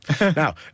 now